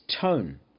tone